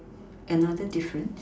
another difference